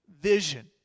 vision